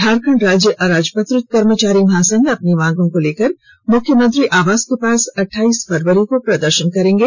झारखंड राज्य अराजपत्रित कर्मचारी महासंघ अपनी मांगों को लेकर मुख्यमंत्री आवास के पास अठाइस फरवरी को प्रदर्शन करेंगे